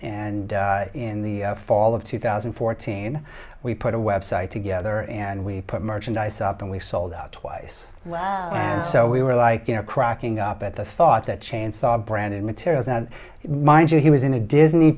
and in the fall of two thousand and fourteen we put a web site together and we put merchandise up and we sold out twice wow and so we were like you know cracking up at the thought that chainsaw branded materials and mind you he was in a disney